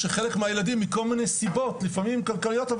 שחלק מהילדים מכל מיני סיבות לפעמים כלכליות,